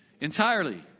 Entirely